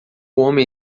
homem